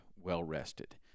well-rested